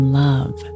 love